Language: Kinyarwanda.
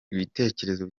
ibitekerezo